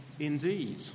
Indeed